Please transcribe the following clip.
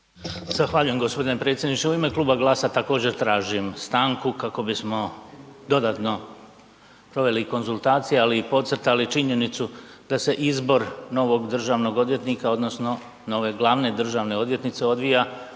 Zahvaljujem g. predsjedniče. U ime Kluba GLAS-a također, tražim stanku kako bismo dodatno proveli konzultacije, ali i podcrtali činjenicu da se izbor novog državnog odvjetnika, odnosno nove glavne državne odvjetnice odvija